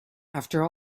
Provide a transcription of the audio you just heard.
after